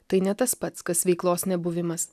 tai ne tas pats kas veiklos nebuvimas